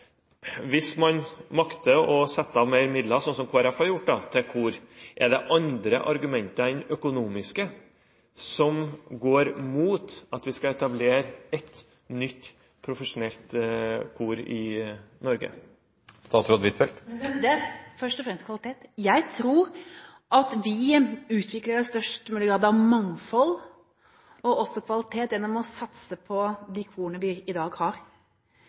hvis man makter å sette av mer midler – som Kristelig Folkeparti har gjort – til kor, er det andre argumenter enn økonomiske som går imot at vi skal etablere et nytt profesjonelt kor i Norge? Det er først og fremst kvalitet. Jeg tror vi utvikler en størst mulig grad av mangfold, og også kvalitet, gjennom å satse på de korene vi i dag har.